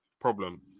problem